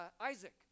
Isaac